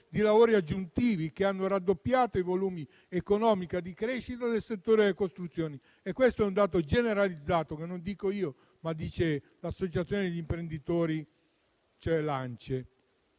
di lavori aggiuntivi, che hanno raddoppiato i volumi economici di crescita del settore costruzioni. Questo è un dato generalizzato che non dico io, ma che riporta l'associazione degli imprenditori, cioè l'ANCE.